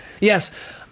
Yes